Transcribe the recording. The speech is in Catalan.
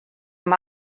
amb